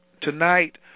tonight